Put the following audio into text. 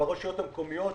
ברשויות המקומיות.